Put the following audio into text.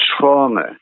trauma